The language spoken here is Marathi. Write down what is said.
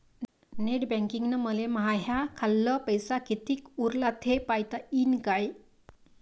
नेट बँकिंगनं मले माह्या खाल्ल पैसा कितीक उरला थे पायता यीन काय?